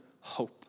hope